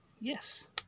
Yes